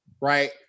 right